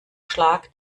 schlag